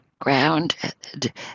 grounded